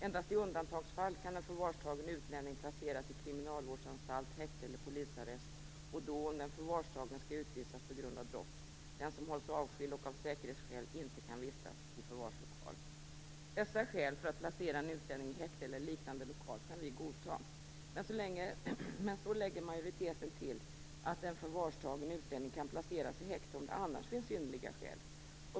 Endast i undantagsfall kan den förvarstagne utlänningen placeras på kriminalvårdsanstalt, i häkte eller polisarrest: om den förvarstagne skall utvisas på grund av brott eller om någon hålls avskild och av säkerhetsskäl inte kan vistas i förvarslokal. Dessa skäl för att placera en utlänning i häkte eller liknande lokal kan Vänsterpartiet godta. Men så lägger majoriteten till att en förvarstagen utlänning kan placeras i häkte om det annars finns synnerliga skäl.